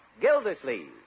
Gildersleeve